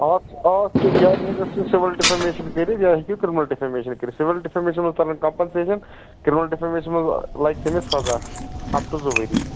اَتھ اَتھ چھُ یا ہیٚککھ ژٕ سیٖوَل ڈیفامیشن کٔرِتھ یا ہیٚکِو کریمینل ڈیفامیشن کٔرِتھ سیٖوِل ڈیفامیشن منٛز ترن کمپنسیٚشن کریمینل ڈیفایمیشن منٛز لگہِ تٔمِس سزا اَپ ٹُو زٕ ؤرۍ